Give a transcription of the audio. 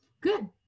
good